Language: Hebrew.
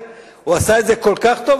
הוא עשה את זה כל כך טוב,